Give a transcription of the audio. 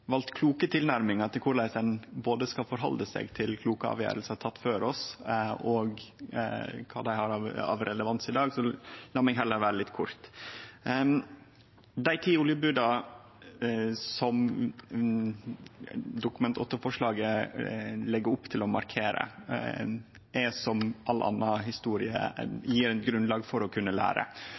valt kloke tilnærmingar til både korleis ein skal halde seg til kloke avgjerder teke før oss, og kva relevans dei har i dag, så lat meg heller vere litt kort. Dei ti oljeboda som Dokument 8-forslaget legg opp til å markere, gjev som all anna historie eit grunnlag for å kunne lære,